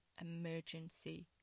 emergency